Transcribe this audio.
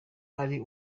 ari